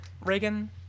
Reagan